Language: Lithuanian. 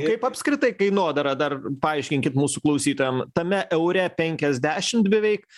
kaip apskritai kainodara dar paaiškinkit mūsų klausytojam tame eure penkiasdešim beveik